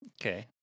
Okay